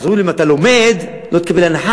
אז אומרים לו: אם אתה לומד לא תקבל הנחה,